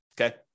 Okay